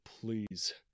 Please